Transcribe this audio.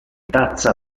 tazza